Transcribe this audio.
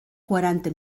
quaranta